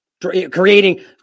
creating